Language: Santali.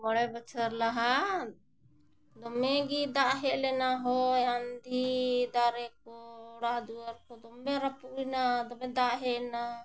ᱢᱚᱬᱮ ᱵᱚᱪᱷᱚᱨ ᱞᱟᱦᱟ ᱫᱚᱢᱮᱜᱮ ᱫᱟᱜ ᱦᱮᱡ ᱞᱮᱱᱟ ᱦᱚᱭ ᱟᱸᱫᱷᱤ ᱫᱟᱨᱮ ᱠᱚ ᱚᱲᱟᱜᱼᱫᱩᱣᱟᱹᱨ ᱠᱚ ᱫᱚᱢᱮ ᱨᱟᱹᱯᱩᱫ ᱮᱱᱟ ᱫᱚᱢᱮ ᱫᱟᱜ ᱦᱮᱡ ᱮᱱᱟ